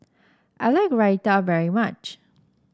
I like Raita very much